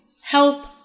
help